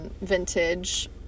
vintage